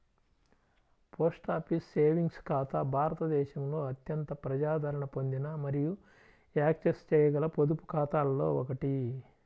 post office savings ఖాతా భారతదేశంలో అత్యంత ప్రజాదరణ పొందిన మరియు యాక్సెస్ చేయగల పొదుపు ఖాతాలలో ఒకటి